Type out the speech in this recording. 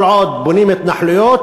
כל עוד בונים התנחלויות,